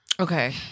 Okay